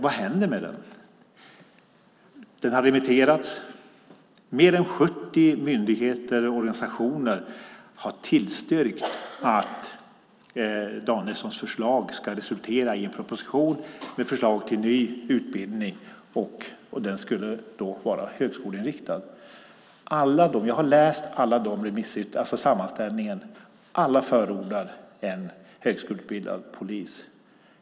Vad händer med den? Den har remitterats. Mer än 70 myndigheter och organisationer har tillstyrkt att Danielssons förslag ska resultera i en proposition med förslag till en ny utbildning som ska vara högskoleinriktad. Jag har läst sammanställningen av remissyttrandena, och alla förordar en högskoleutbildad polis.